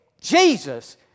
Jesus